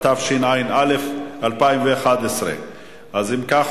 התשע"א 2011. אם כך,